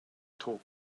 talk